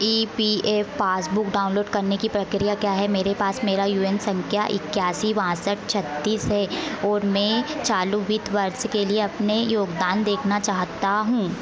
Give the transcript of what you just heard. ई P F passbook download करने की प्रक्रिया क्या है मेरे पास मेरी यू एन संख्या इक्यासी बासठ छत्तीस है और मैं चालू वित्त वर्ष के लिए अपना योगदान देखना चाहता हूँ